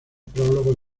prólogo